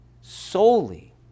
Solely